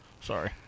Sorry